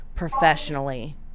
Professionally